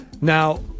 Now